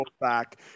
back